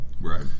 Right